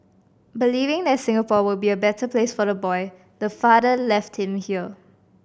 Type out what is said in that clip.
believing that Singapore would be a better place for the boy the father left him here